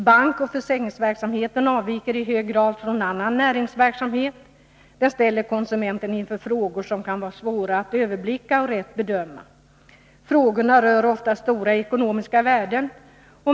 Bankoch försäkringsverksamheten avviker i hög grad från annan näringsverksamhet. Den ställer konsumenten inför frågor som kan vara svåra att överblicka och rätt bedöma. Frågorna rör ofta stora ekonomiska värden.